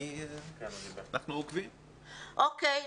אוקיי.